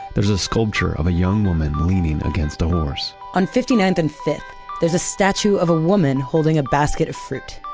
there's a sculpture of a young woman leaning against a horse on fifty ninth and fifth there's a statue of a woman holding a basket of fruit.